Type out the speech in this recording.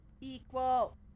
Equal